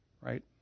right